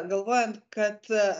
galvojant kad